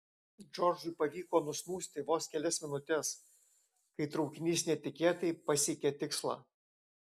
džordžui pavyko nusnūsti vos kelias minutes kai traukinys netikėtai pasiekė tikslą